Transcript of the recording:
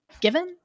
given